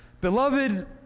Beloved